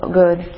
good